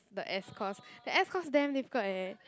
the S course the S course damn difficult eh